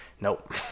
nope